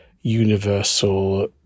universal